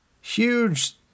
huge